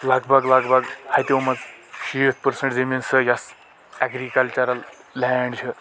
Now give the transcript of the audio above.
لگ بگ لگ بگ ہتیو منٛز شیٖتھ پٔرسنٹ زمیٖن سۄ یُس اٮ۪گریٖکلچرل لینڈ چھ